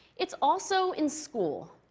it's also in school,